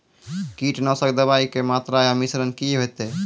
कीटनासक दवाई के मात्रा या मिश्रण की हेते?